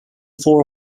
four